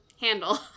Handle